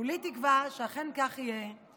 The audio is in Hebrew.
כולי תקווה שאכן כך יהיה,